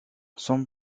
son